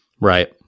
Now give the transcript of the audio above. right